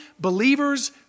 believer's